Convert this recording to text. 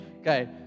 Okay